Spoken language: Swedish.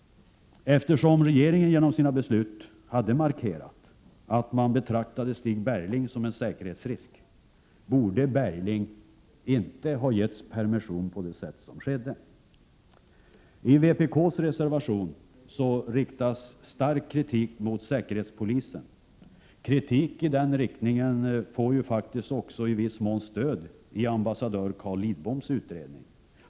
Eftersom regeringen genom sina beslut hade markerat att Stig Bergling betraktades som en säkerhetsrisk borde Bergling inte ha getts permission på det sätt som skedde. I vpk:s reservation riktas stark kritik mot säkerhetspolisen. Kritik i den riktningen får i viss mån också stöd i ambassadör Carl Lidboms utredning.